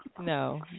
No